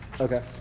Okay